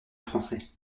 français